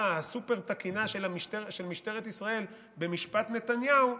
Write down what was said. הסופר-תקינה של משטרת ישראל במשפט נתניהו,